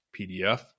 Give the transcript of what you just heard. PDF